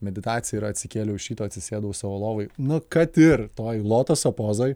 meditacija yra atsikėliau iš ryto atsisėdau savo lovoj nu kad ir toj lotoso pozoj